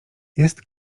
jest